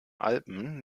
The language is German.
alpen